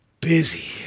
Busy